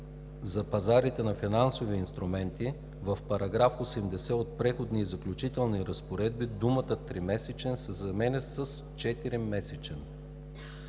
за пазарите на финансови инструменти в § 80 от преходните и заключителни разпоредби думата „тримесечен“ се заменя с „4-месечен“.“